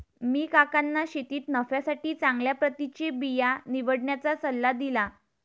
मी काकांना शेतीत नफ्यासाठी चांगल्या प्रतीचे बिया निवडण्याचा सल्ला दिला